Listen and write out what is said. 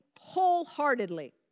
wholeheartedly